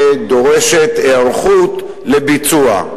ודורשת היערכות לביצוע.